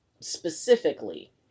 Specifically